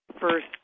First